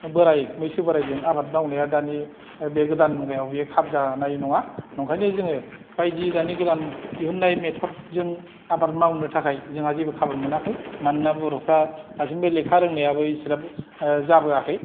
बोराय मैसो बोरायजों आबाद मावनाया दानि बे मुगायाव बे खाबजानाय नंङा ओंखायनो जोंङो बायदि दानि गोदान दिहुननाय मेटद जों आबाद मावनो थाखाय जोंहा जेबो खाबु मोनाखै मानोना बर' फोरा दासिमबो लेखा रोंनायाबो इसिग्राब जाबोयाखै